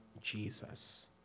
Jesus